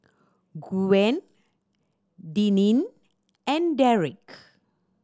Gwen Deneen and Derick